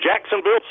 jacksonville